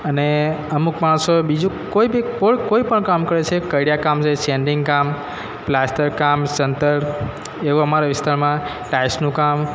અને અમુક માણસો બીજુ પોળ કોઈ કોઈ પણ કામ કરે સે કડીયા કામ સે સેંન્ટિંગ કામ પ્લાસ્ટર કામ ચણતર એવો અમારા વિસ્તારમાં ટાઇલ્સનું કામ